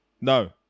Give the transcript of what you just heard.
no